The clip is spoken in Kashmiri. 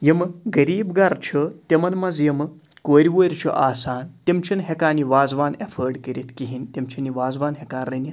یِمہٕ غریٖب گَرٕ چھِ تِمَن منٛز یِمہٕ کورِ وُرۍ چھِ آسان تِم چھِنہٕ ہیٚکان یہِ وازوان ایٚفٲڑ کٔرِتھ کِہیٖنۍ تِم چھِنہٕ یہِ وازوان ہیٚکان رٔنِتھ